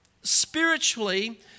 spiritually